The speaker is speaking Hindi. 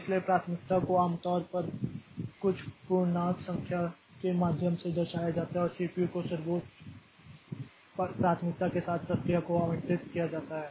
इसलिए प्राथमिकता को आमतौर पर कुछ पूर्णांक संख्या के माध्यम से दर्शाया जाता है और सीपीयू को सर्वोच्च प्राथमिकता के साथ प्रक्रिया को आवंटित किया जाता है